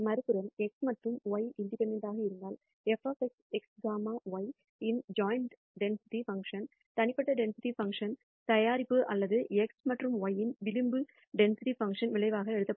மறுபுறம் x மற்றும் y இண்டிபெண்டெண்ட்டாக இருந்தால் f x கமா y இன் ஜாயிண்ட் டென்சிட்டி பங்க்ஷன் தனிப்பட்ட டென்சிட்டி பங்க்ஷன்களின் தயாரிப்பு அல்லது x மற்றும் y இன் விளிம்பு டென்சிட்டி பங்க்ஷன்களின் விளைவாக எழுதப்படலாம்